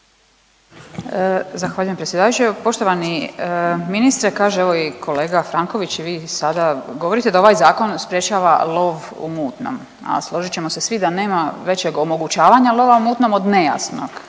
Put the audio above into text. Zahvaljujem predsjedavajući. Poštovani ministre. Kaže evo i kolega Franković i vi sada govorite da ovaj zakon sprječava lov u mutnom, a složit ćemo se svi da nema većeg omogućavanja lova u mutnom od nejasnog